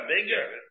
bigger